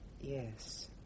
yes